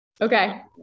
okay